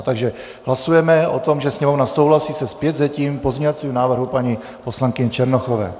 Takže hlasujeme o tom, že Sněmovna souhlasí se zpětvzetím pozměňovacího návrhu paní poslankyně Černochové.